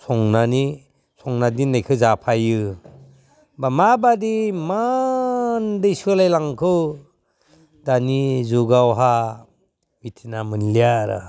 संनानै संना दोननायखौ जाफायो होम्बा माबादि इमानदि सोलायलांखो दानि जुगावहा मिथिना मोनलिया आरो